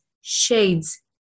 shades